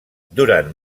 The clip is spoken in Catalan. durant